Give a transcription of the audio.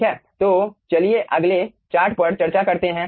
ठीक है तो चलिए अगले चार्ट पर चर्चा करते हैं